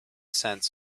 cents